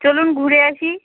চলুন ঘুরে আসি